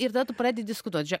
ir tada tu pradi diskutuot žėk